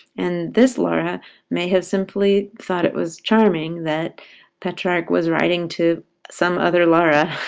and this laura may have simply thought it was charming that petrarch was writing to some other laura,